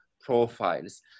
profiles